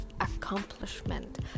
accomplishment